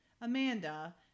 Amanda